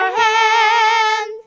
hand